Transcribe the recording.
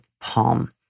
palm